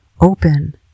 open